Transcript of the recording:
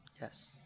Yes